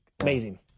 amazing